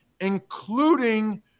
including